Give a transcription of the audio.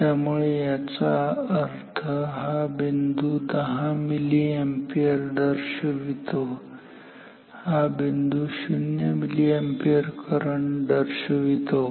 त्यामुळे याचा अर्थ हा बिंदू 10 मिली अॅम्पियर दर्शवितो आणि हा बिंदू शून्य मिली अॅम्पियर करंट दर्शवितो